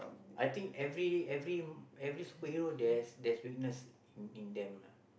I think every every every superhero there's there's weakness in in them lah